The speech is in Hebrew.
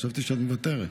חשבתי שאת מוותרת.